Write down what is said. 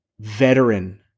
veteran